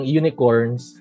unicorns